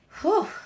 whew